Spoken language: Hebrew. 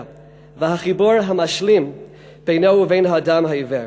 והחיבור המשלים בינו ובין האדם העיוור,